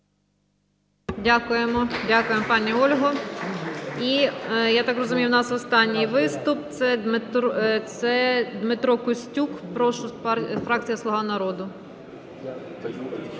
Дякуємо, пані Ольго. І я так розумію, у нас останній виступ, це Дмитро Костюк, прошу фракція "Слуга народу".